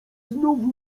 znów